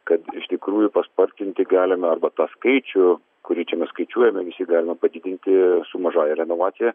kad iš tikrųjų paspartinti galima arba tą skaičių kurį čia mes skaičiuojame nes jį galima padidinti su mažąja renovacija